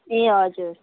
ए हजुर